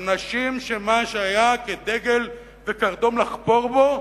אנשים שמה שהיה כדגל וקרדום לחפור בו,